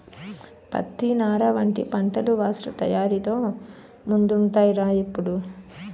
పత్తి, నార వంటి పంటలు వస్త్ర తయారీలో ముందుంటాయ్ రా ఎప్పుడూ